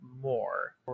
more